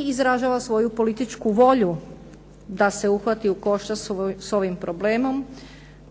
izražava svoju političku volju da se uhvati u koštac sa ovim problemom